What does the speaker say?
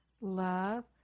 love